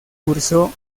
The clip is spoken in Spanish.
cursó